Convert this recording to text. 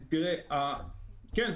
כן,